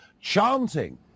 chanting